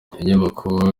inyubako